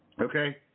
okay